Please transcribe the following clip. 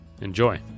Enjoy